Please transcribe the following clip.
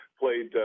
played